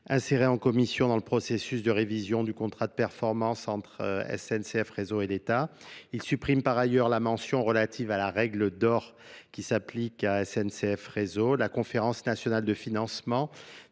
inséré en commission dans le processus de révision du contrat de performance entre N C F réseau et l'état il supprime par ailleurs la mention relative règle d'or qui s'applique à la S N C F réseau la conférence nationale de financement